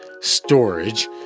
storage